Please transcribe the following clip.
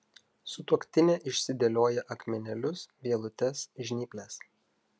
sutuoktinė išsidėlioja akmenėlius vielutes žnyples